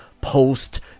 post